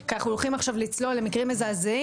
כי אנחנו הולכים עכשיו לצלול למקרים מזעזעים,